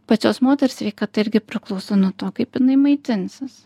pačios moters sveikata irgi priklauso nuo to kaip jinai maitinsis